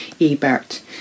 Ebert